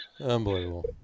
Unbelievable